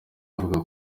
avuga